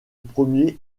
premier